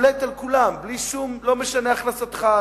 לא משנה הכנסתך,